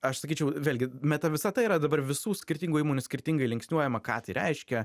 aš sakyčiau vėlgi meta visata yra dabar visų skirtingų įmonių skirtingai linksniuojama ką tai reiškia